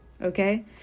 Okay